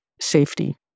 safety